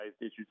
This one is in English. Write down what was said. issues